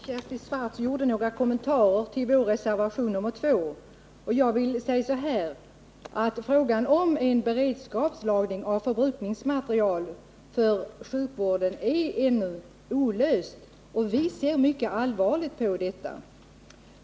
Herr talman! Kersti Swartz gjorde några kommentarer till vår reservation 2. Jag vill säga att frågan om beredskapslagring av förbrukningsmateriel för sjukvården ännu är olöst. Vi ser mycket allvarligt på detta.